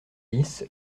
dix